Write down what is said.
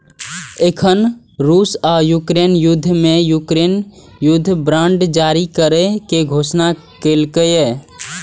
एखन रूस आ यूक्रेन युद्ध मे यूक्रेन युद्ध बांड जारी करै के घोषणा केलकैए